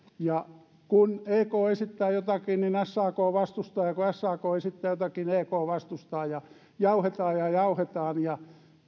kun ek esittää jotakin niin sak vastustaa ja kun sak esittää jotakin ek vastustaa jauhetaan ja jauhetaan ja